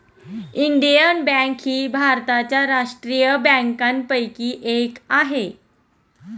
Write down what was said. Indian bank ही भारताच्या राष्ट्रीय बँकांपैकी एक आहे